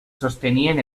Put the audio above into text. sostenien